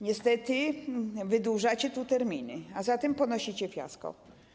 Niestety wydłużacie tu terminy, a zatem ponosicie porażkę.